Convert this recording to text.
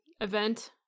event